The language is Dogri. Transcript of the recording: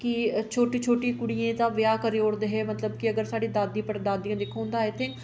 कि छोटी छोटी कुड़ियें दा ब्याह् करी ओड़दे हे मतलब कि अगर साढ़ी दादी पड़दादी दिक्खो तां ते